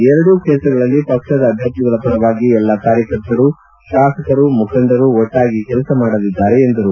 ಎರಡೂ ಕ್ಷೇತ್ರಗಳಲ್ಲಿ ಪಕ್ಷದ ಅಭ್ಯರ್ಥಿಗಳ ಪರವಾಗಿ ಎಲ್ಲ ಕಾರ್ಯಕರ್ತರು ಶಾಸಕರು ಮುಖಂಡರು ಒಟ್ಟಾಗಿ ಕೆಲಸ ಮಾಡಲಿದ್ದಾರೆ ಎಂದರು